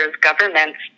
governments